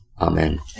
amen